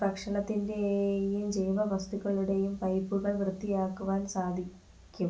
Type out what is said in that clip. ഭക്ഷണത്തിൻറ്റേയും ജൈവ വസ്തുക്കളുടെയും പൈപ്പുകൾ വൃത്തിയാക്കുവാൻ സാധിക്കും